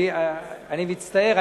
אני מצטער,